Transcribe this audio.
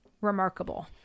remarkable